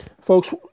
Folks